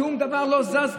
שום דבר לא זז?